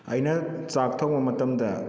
ꯑꯩꯅ ꯆꯥꯛ ꯊꯣꯡꯕ ꯃꯇꯝꯗ